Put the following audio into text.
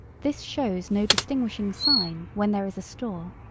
this shows no distinguishing sign when there is a store.